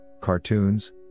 cartoons